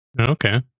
Okay